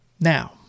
Now